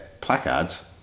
placards